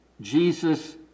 Jesus